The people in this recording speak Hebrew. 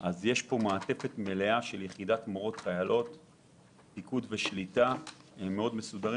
יש פה מעטפת מלאה של יחידת מורות חיילות תוך פו"ש מאוד מסודר.